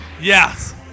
Yes